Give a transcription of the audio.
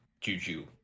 juju